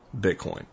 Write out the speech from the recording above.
Bitcoin